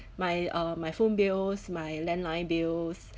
my uh my phone bills my landline bills